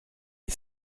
les